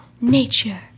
nature